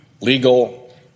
legal